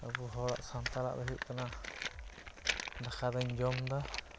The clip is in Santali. ᱟᱵᱚ ᱦᱚᱲᱟᱜ ᱥᱟᱱᱛᱟᱲᱟᱜ ᱫᱚ ᱦᱩᱭᱩᱜ ᱠᱟᱱᱟ ᱫᱟᱠᱟᱫᱚᱧ ᱡᱚᱢᱫᱟ